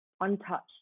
untouched